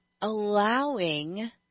allowing